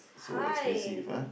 so expensive ah